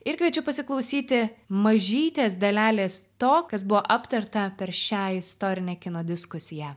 ir kviečiu pasiklausyti mažytės dalelės to kas buvo aptarta per šią istorinę kino diskusiją